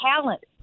talent